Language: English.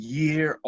year